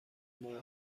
مرغ